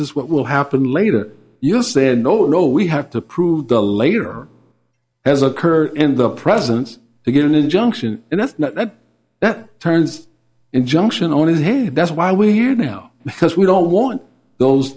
is what will happen later you said no no we have to prove the later has occurred in the presence to get an injunction and that's that turns injunction on him that's why we're here now because we don't want those